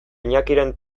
iñakiren